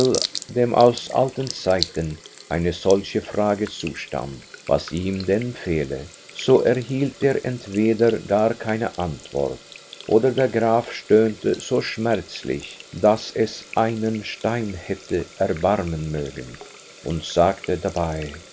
dem aus alten zeiten eine solche frage zustand was ihm denn fehle so erhielt er entweder gar keine antwort oder der graf stöhnte so schmerzlich daß es einen stein hätte erbarmen mögen und sagte dabei